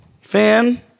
fan